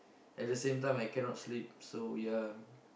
at the same time I cannot sleep so we are